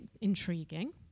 intriguing